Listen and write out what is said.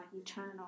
eternal